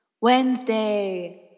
Wednesday